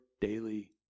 daily